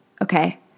okay